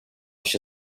się